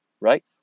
right